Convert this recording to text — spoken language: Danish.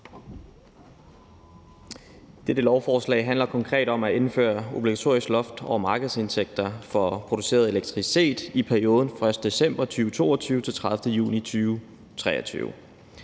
Dette lovforslag handler konkret om at indføre obligatorisk loft over markedsindtægter for produceret elektricitet i perioden 1. december 2022 til 30. juni 2023.